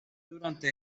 durante